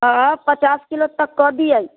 हँ पचास किलो तक के दियै